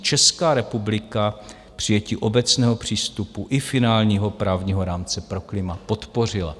Česká republika přijetí obecného přístupu i finálního právního rámce pro klima podpořila.